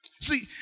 See